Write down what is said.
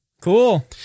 Cool